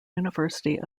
university